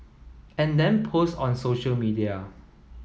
and then post on social media